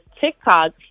tiktok